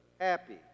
happy